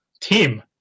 team